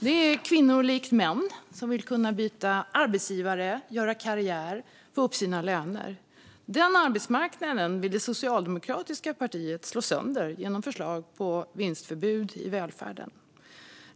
Det är kvinnor som likt män vill kunna byta arbetsgivare, göra karriär och få upp sina löner. Den arbetsmarknaden vill det socialdemokratiska partiet slå sönder genom förslag om vinstförbud i välfärden.